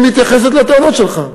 היא מתייחסת לטענות שלך.